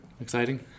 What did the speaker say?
exciting